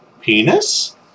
Penis